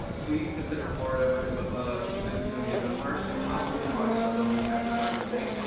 please consider florida. we're gonna but ah we're gonna be doing it in ah march and possibly in august, although we haven't started the date,